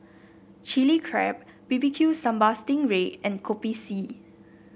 Chili Crab B B Q Sambal Sting Ray and Kopi C